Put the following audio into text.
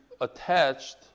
attached